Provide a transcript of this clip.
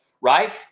right